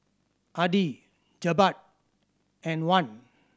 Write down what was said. Adi Jebat and Wan